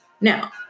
Now